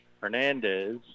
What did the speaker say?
Hernandez